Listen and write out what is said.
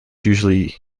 usually